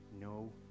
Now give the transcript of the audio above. no